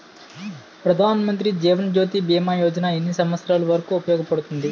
ప్రధాన్ మంత్రి జీవన్ జ్యోతి భీమా యోజన ఎన్ని సంవత్సారాలు వరకు ఉపయోగపడుతుంది?